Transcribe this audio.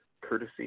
courtesy